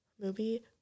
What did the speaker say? Movie